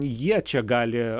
jie čia gali